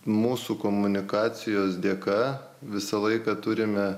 mūsų komunikacijos dėka visą laiką turime